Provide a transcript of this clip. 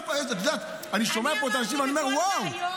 את יודעת, אני שומע פה את האנשים, אני אומר: וואו.